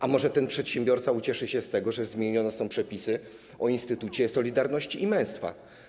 A może ten przedsiębiorca ucieszy się z tego, że są zmienione przepisy o Instytucie Solidarności i Męstwa?